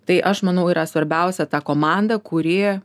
tai aš manau yra svarbiausia tą komandą kuri